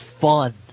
fun